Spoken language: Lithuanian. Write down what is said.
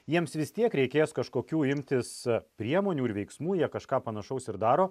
jiems vis tiek reikės kažkokių imtis priemonių ir veiksmų jie kažką panašaus ir daro